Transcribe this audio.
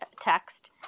text